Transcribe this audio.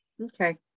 Okay